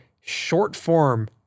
short-form